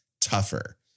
tougher